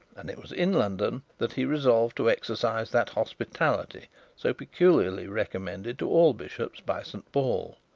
and it was in london that he resolved to exercise that hospitality so peculiarly recommended to all bishops by st paul.